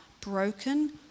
broken